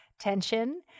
tension